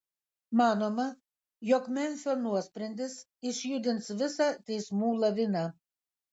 manoma jog memfio nuosprendis išjudins visą teismų laviną